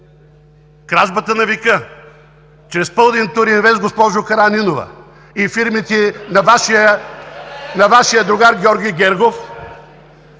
Кражбата на века чрез „Пълдин туринвест“, госпожо Нинова, и фирмите на Вашия другар Георги Гергов,